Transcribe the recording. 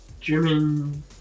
German